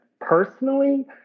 personally